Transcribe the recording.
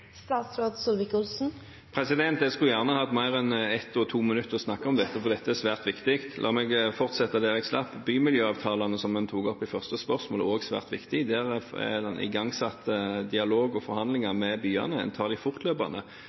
Jeg skulle gjerne hatt mer enn 1 og 2 minutter til å snakke om dette, for dette er svært viktig. La meg fortsette der jeg slapp: Bymiljøavtalene, som en tok opp i første spørsmål, er også svært viktige. Der er det igangsatt dialog og forhandlinger med byene, en tar dem fortløpende.